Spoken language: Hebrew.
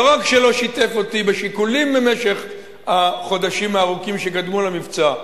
לא רק שלא שיתף אותי בשיקולים במשך החודשים הארוכים שקדמו למבצע,